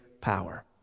power